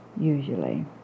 usually